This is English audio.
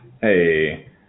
Hey